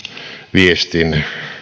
viestin